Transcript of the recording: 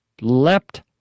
leapt